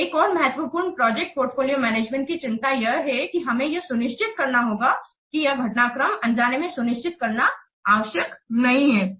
तो एक और महत्वपूर्ण प्रोजेक्ट पोर्टफोलियो मैनेजमेंट की चिंता यह है कि हमें यह सुनिश्चित करना होगा की यह घटनाक्रम अनजाने में सुनिश्चित करना आवश्यक नहीं है